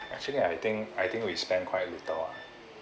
actually I think I think we spend quite little ah